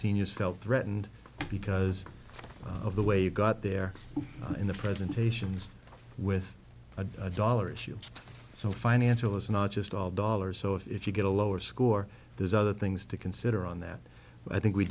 seniors felt threatened because of the way you got there in the presentations with a dollar issue so financial is not just all dollars so if you get a lower score there's other things to consider on that i think we